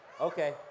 Okay